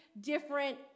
different